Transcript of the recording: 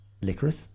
Licorice